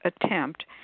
attempt